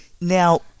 now